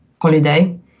holiday